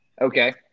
Okay